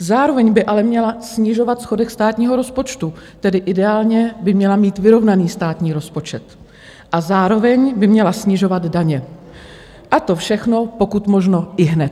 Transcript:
Zároveň by ale měla snižovat schodek státního rozpočtu, tedy ideálně by měla mít vyrovnaný státní rozpočet, a zároveň by měla snižovat daně, a to všechno pokud možno ihned.